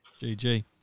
GG